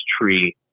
tree